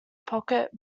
pocket